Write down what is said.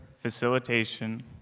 facilitation